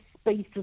spaces